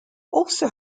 also